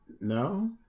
No